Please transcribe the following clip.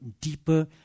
deeper